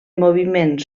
moviments